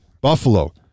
Buffalo